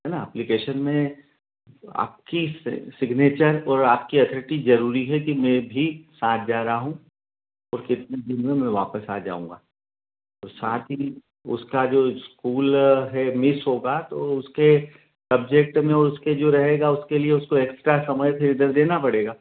है ना अप्लीकेशन में आपकी सिगनेचर और आपकी अथॉरिटी जरूरी है कि मैं भी साथ जा रहा हूँ कुछ कितने दिन में मैं वापस आ जाऊँगा और साथ ही उसका जो स्कूल है मिस होगा तो उसके सब्जेक्ट में उसके जो रहेगा उसके लिए उसको एक्स्ट्रा समय फिर इधर देना पड़ेगा